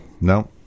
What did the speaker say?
no